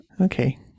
Okay